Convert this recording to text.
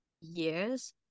years